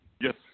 Yes